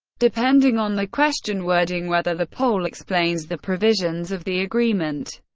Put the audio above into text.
depending on the question wording, whether the poll explains the provisions of the agreement,